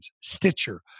Stitcher